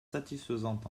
satisfaisante